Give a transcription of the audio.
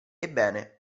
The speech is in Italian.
ebbene